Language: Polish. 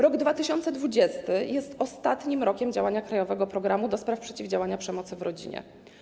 Rok 2020 jest ostatnim rokiem działania „Krajowego programu przeciwdziałania przemocy w rodzinie”